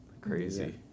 crazy